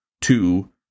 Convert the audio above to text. Two